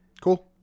Cool